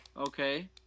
Okay